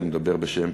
אני מדבר בשם